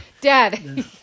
Dad